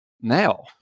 now